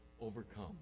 overcome